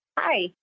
Hi